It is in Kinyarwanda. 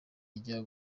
rijya